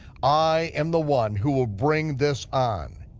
i am the one who will bring this on.